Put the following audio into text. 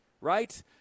right